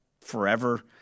forever